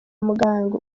muganga